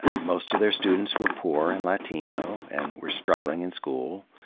most of their students were poor and latino and were struggling in school,